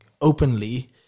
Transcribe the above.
openly